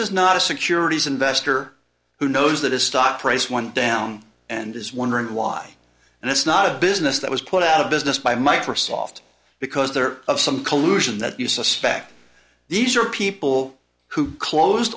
is not a securities investor who knows that his stock price went down and is wondering why and it's not a business that was put out of business by microsoft because they're of some collusion that you suspect these are people who closed